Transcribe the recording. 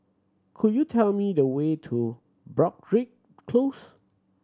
could you tell me the way to Broadrick Close